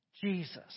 Jesus